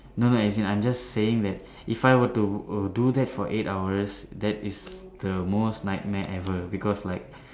no no as in I'm just saying that if I were to oh do that for eight hours that is the worst nightmare ever because like